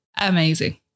amazing